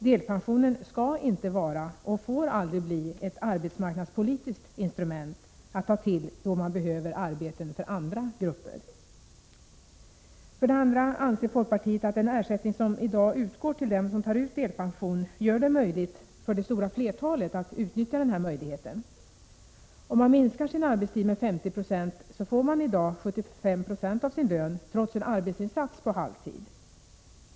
Delpension skall inte vara — och får aldrig bli — ett arbetsmarknadspolitiskt instrument att ta till då man behöver arbeten för andra grupper. För det andra anser folkpartiet att den ersättning som i dag utgår till dem som tar ut delpension gör det möjligt för det stora flertalet att utnyttja denna möjlighet. Om man minskar sin arbetstid med 50 90 får man i dag 75 90 av sin lön, trots en arbetsinsats på halvtid.